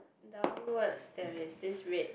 downwards there is this red